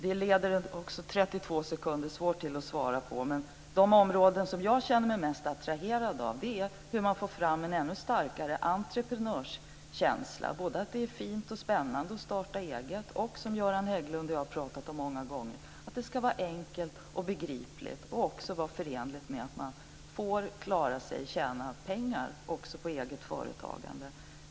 Den frågan är svår att besvara på 32 sekunder. Men det som jag känner mig mest attraherad av är hur man får fram en ännu starkare entreprenörskänsla, både att det är fint och spännande att starta eget och, som Göran Hägglund och jag har pratat om många gånger, att det ska vara enkelt, begripligt och förenligt med att man får klara sig, tjäna pengar, också på eget företagande.